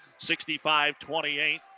65-28